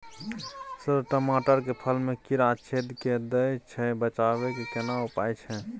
Sir टमाटर के फल में कीरा छेद के दैय छैय बचाबै के केना उपाय छैय?